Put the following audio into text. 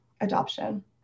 adoption